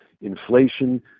inflation